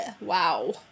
wow